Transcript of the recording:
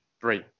three